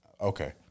okay